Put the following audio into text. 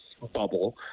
bubble